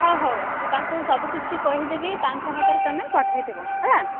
ହଉ ହଉ ମୁଁ ତାଙ୍କୁ ସବୁକିଛି କହିଦେବି ତାଙ୍କ ହାତରେ ତୁମେ ପଠେଇ ଦେବ ହେଲା